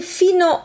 fino